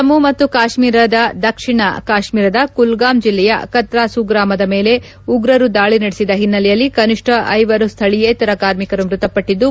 ಜಮ್ನು ಮತ್ತು ಕಾತ್ನೀರದ ದಕ್ಷಿಣ ಕಾತ್ನೀರದ ಕುಲ್ಲಾಂ ಜಿಲ್ಲೆಯ ಕತ್ತಾಸೂ ಗ್ರಾಮದ ಮೇಲೆ ಉರು ದಾಳಿ ನಡೆಸಿದ ಹಿನ್ನೆಲೆಯಲ್ಲಿ ಕನಿಷ್ಠ ಐವರು ಸ್ನಳೀಯೇತರ ಕಾರ್ಮಿಕರು ಮೃತಪಟ್ಲಿದ್ದು